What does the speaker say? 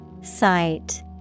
Sight